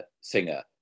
Singer